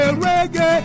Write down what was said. reggae